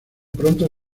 pronto